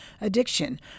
addiction